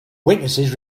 witnesses